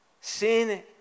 Sin